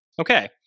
Okay